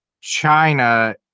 China